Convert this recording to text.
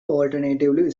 alternatively